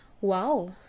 wow